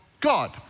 God